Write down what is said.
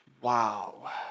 Wow